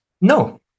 No